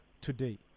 today